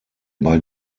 bei